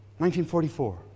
1944